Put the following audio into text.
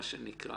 מה שנקרא.